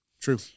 True